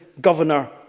governor